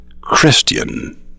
Christian